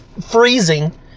freezing